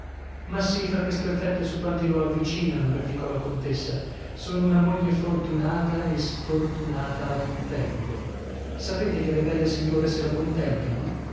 ma sì fa questo effetto su quanti lo avvicinano replicò la contessa sono una moglie fortunata e sfortunata ad un tempo sapete che le belle signore se lo contendono